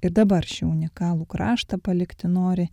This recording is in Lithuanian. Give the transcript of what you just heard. ir dabar šį unikalų kraštą palikti nori